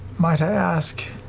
might i ask